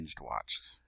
watched